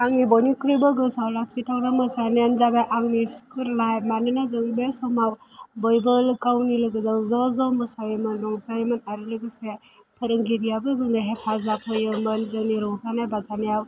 आंनि बयनिख्रुइबो गोसोआव लाखिथावना मोसानायानो जाबाय आंनि स्कुल लाइफ मानोना जों बे समाव बयबो गावनि लोगोजों ज' ज' मोसायोमोन रंजायोमोन आरो लोगोसे फोरोंगिरियाबो जोंनो हेफाजाब होयोमोन जोंनि रंजानाय बाजानायाव